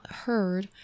heard